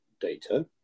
data